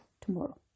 tomorrow